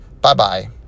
Bye-bye